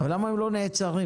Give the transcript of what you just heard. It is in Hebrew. למה הם לא נעצרים?